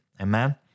Amen